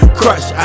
crush